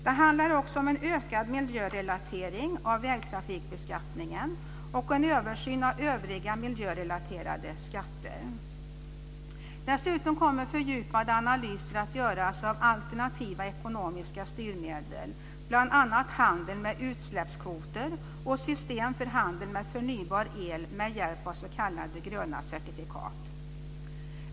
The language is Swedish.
Det handlar också om en ökad miljörelatering av vägtrafikbeskattningen och en översyn av övriga miljörelaterade skatter. Dessutom kommer fördjupade analyser att göras av alternativa ekonomiska styrmedel, bl.a. handel med utsläppskvoter och system för handel med förnybar el med hjälp av s.k.